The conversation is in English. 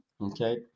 Okay